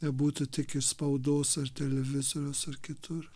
nebūtų tik iš spaudos ar televizoriaus ar kitur